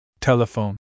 Telephone